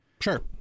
Sure